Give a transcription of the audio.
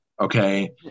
Okay